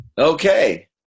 Okay